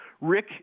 Rick